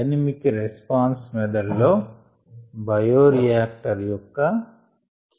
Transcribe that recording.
dynamic response method లో bioreactor యొక్క kLa